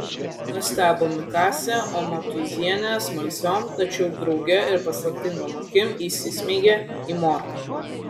nustebo mikasė o matūzienė smalsiom tačiau drauge ir paslaptingom akim įsismeigė į mortą